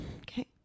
Okay